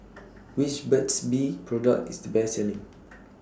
Which Burt's Bee Product IS The Best Selling